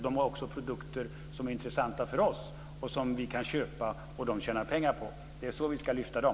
De har också produkter som är intressanta för oss och som vi kan köpa och de tjäna pengar på. Det är så vi ska lyfta dem.